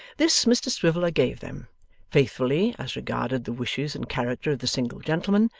this mr swiveller gave them faithfully as regarded the wishes and character of the single gentleman,